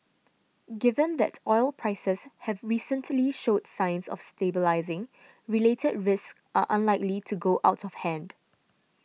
given that oil prices have recently showed signs of stabilising related risks are unlikely to go out of hand